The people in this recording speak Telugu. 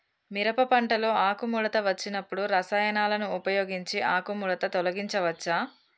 మిరప పంటలో ఆకుముడత వచ్చినప్పుడు రసాయనాలను ఉపయోగించి ఆకుముడత తొలగించచ్చా?